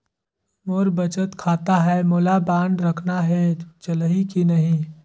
मोर बचत खाता है मोला बांड रखना है चलही की नहीं?